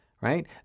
Right